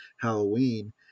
Halloween